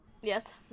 Yes